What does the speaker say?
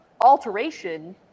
alteration